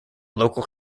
local